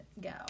go